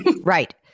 Right